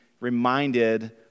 reminded